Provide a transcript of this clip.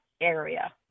area